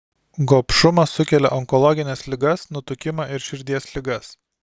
gobšumas sukelia onkologines ligas nutukimą ir širdies ligas